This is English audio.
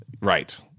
Right